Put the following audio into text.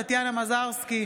אינו נוכח טטיאנה מזרסקי,